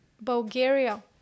Bulgaria